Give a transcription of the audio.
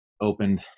opened